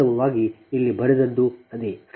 ವಾಸ್ತವವಾಗಿ ಇಲ್ಲಿ ಬರೆದದ್ದು ಇದೇ